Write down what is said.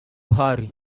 hurry